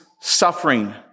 suffering